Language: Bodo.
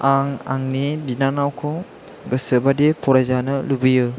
आं आंनि बिनानावखौ गोसोबादि फरायजानो लुबैयो